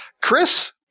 Chris